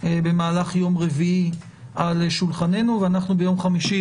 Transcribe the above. במהלך יום רביעי על שולחננו ואנחנו ביום חמישי,